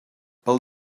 pel